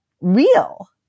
real